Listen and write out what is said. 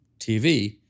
TV